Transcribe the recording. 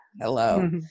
hello